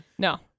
No